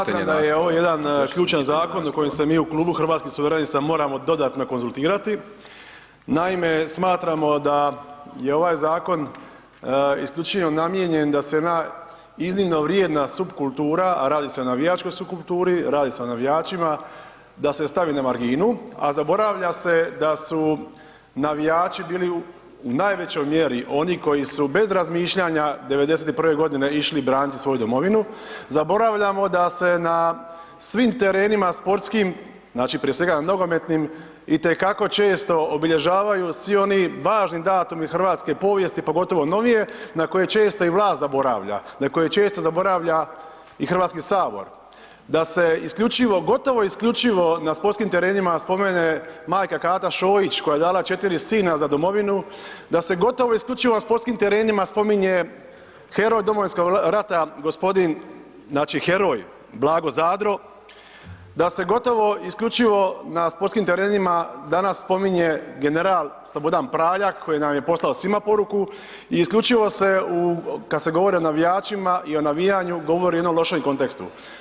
Smatram da je ovo jedan ključan zakon o kojem se mi u Klubu hrvatskih suverenista moramo dodatno konzultirati, naime smatramo da je ovaj zakon isključivo namijenjen da se jedna iznimno vrijedna supkultura, a radi se o navijačkoj supkulturi, radi se o navijačima, da se stavi na marginu, a zaboravlja se da su navijači bili u najvećoj mjeri oni koji su bez razmišljanja '91.g. išli braniti svoju domovinu, zaboravljamo da se na svim terenima sportskim, znači prije svega na nogometnim itekako često obilježavaju svi oni važni datumi hrvatske povijesti, pogotovo novije, na koje često i vlast zaboravlja, na koje često zaboravlja i HS, da se isključivo, gotovo i isključivo na sportskim terenima spomene majka Kata Šojić koja je dala 4 sina za domovinu, da se gotovo i isključivo na sportskim terenima spominje heroj domovinskog rata gospodin, znači heroj Blago Zadro, da se gotovo i isključivo na sportskim terenima danas spominje general Slobodan Praljak koji nam je poslao svima poruku i isključivo se u, kad se govori o navijačima i o navijanju govori u jednom lošem kontekstu.